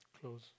close